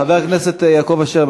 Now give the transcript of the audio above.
חבר הכנסת יעקב אשר,